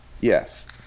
yes